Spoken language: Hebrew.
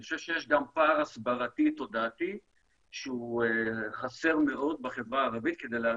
אני חושב שיש גם פער הסברתי תודעתי שחסר מאוד בחברה הערבית כדי להבין,